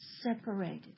separated